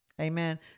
Amen